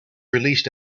released